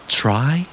try